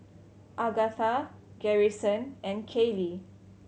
Agatha Garrison and Kaylie